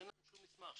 שאין להם שום מסמך,